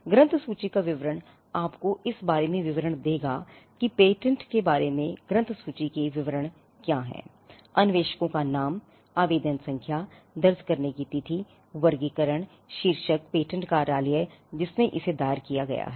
ग्रंथ सूची का विवरण आपको इस बारे में विवरण देगा कि पेटेंट के बारे में ग्रंथ सूची के विवरण क्या हैं अन्वेषकों का नाम आवेदन संख्या दर्ज करने की तिथि वर्गीकरण शीर्षक पेटेंट कार्यालय जिसमें इसे दायर किया गया है